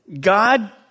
God